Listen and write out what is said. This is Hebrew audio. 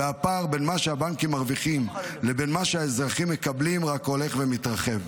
והפער בין מה שהבנקים מרוויחים לבין מה שהאזרחים מקבלים רק הולך ומתרחב.